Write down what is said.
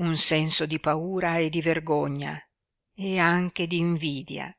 un senso di paura e di vergogna e anche d'invidia